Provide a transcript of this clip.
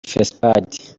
fesipadi